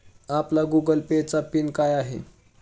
आपला Google Pay चा pin काय आहे?